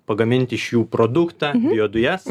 pagaminti iš jų produktą biodujas